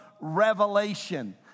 revelation